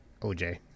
OJ